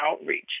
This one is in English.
outreach